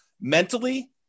mentally